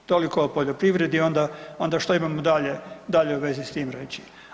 Toliko o poljoprivredi, onda, onda što imamo dalje u vezi s tim reći.